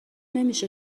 نمیشه